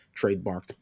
trademarked